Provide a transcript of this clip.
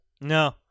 No